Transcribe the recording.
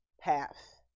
path